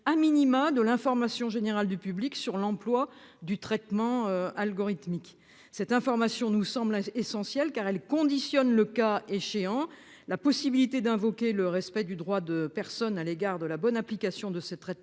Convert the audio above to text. minima de l'information générale du public sur l'emploi du traitement algorithmique cette information nous semblait essentielle car elle conditionne le cas échéant la possibilité d'invoquer le respect du droit de personnes à l'égard de la bonne application de ces traitements